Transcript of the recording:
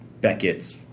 Beckett's